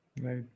Right